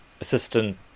assistant